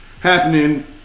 happening